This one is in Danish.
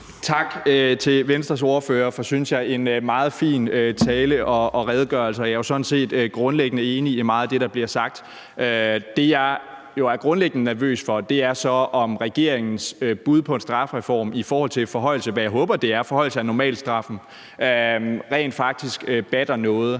Tak til Venstres ordfører for en, synes jeg, meget fin tale og redegørelse. Jeg er sådan set grundlæggende enig i meget af det, der bliver sagt. Det, jeg er grundlæggende nervøs for, er, om regeringens bud på en strafreform i forhold til en forhøjelse – hvad jeg håber det